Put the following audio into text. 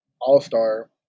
all-star